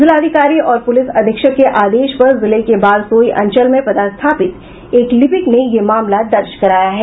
जिलाधिकारी और पुलिस अधीक्षक के आदेश पर जिले के बारसोई अंचल में पदस्थापित एक लिपिक ने यह मामला दर्ज कराया है